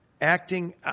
acting